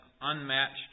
unmatched